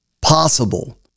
possible